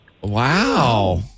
Wow